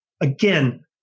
Again